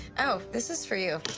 oh, this is for you.